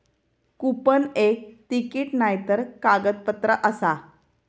coupon एक ticket नायतर कागदपत्र आसा